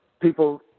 people